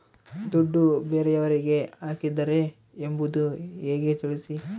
ದುಡ್ಡು ಬೇರೆಯವರಿಗೆ ಹಾಕಿದ್ದಾರೆ ಎಂಬುದು ಹೇಗೆ ತಿಳಿಸಿ?